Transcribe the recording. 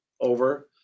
over